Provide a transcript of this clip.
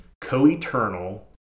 co-eternal